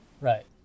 Right